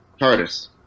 Tardis